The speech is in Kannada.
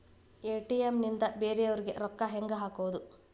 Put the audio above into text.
ಎ.ಟಿ.ಎಂ ನಿಂದ ಬೇರೆಯವರಿಗೆ ರೊಕ್ಕ ಹೆಂಗ್ ಹಾಕೋದು?